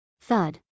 Thud